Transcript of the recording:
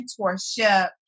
mentorship